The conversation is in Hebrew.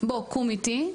בוא, קום איתי.